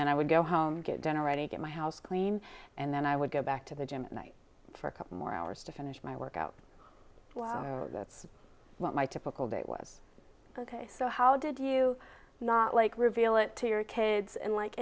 then i would go home get dinner ready get my house clean and then i would go back to the gym and night for a couple more hours to finish my workout well that's what my typical day was ok so how did you not like reveal it to your kids and like